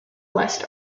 west